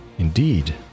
Indeed